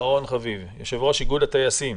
יושב-ראש איגוד הטייסים.